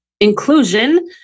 Inclusion